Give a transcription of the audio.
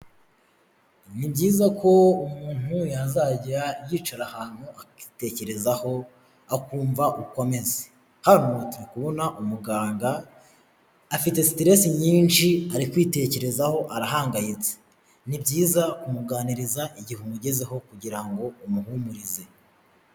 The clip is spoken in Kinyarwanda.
Ni byiza ko umuntu yazajya yicara ahantu akitekerezaho akumva uko ameze, hano turi kubona umuganga afite siteresi nyinshi ari kwitekerezaho arahangayitse, ni byiza kumuganiriza igihe umugezeho kugira ngo umuhumurize.